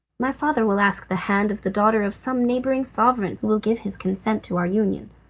my father will ask the hand of the daughter of some neighbouring sovereign, who will give his consent to our union.